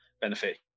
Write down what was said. benefit